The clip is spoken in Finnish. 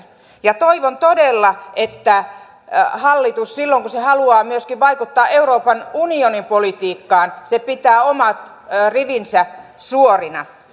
toivon todella että hallitus silloin kun se haluaa myöskin vaikuttaa euroopan unionin politiikkaan pitää omat rivinsä suorina